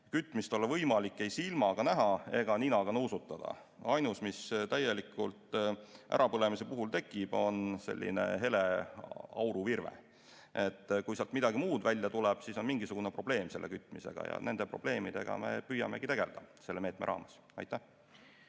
kütmist olla võimalik ei silmaga näha ega ninaga nuusutada. Ainus, mis täieliku ärapõlemise puhul tekib, on selline hele auruvirve. Kui sealt midagi muud välja tuleb, siis on mingisugune probleem kütmisega. Nende probleemidega me püüamegi tegeleda selle meetme raames. Aitäh,